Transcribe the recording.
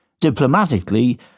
diplomatically